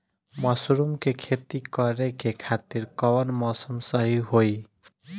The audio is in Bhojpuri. मशरूम के खेती करेके खातिर कवन मौसम सही होई?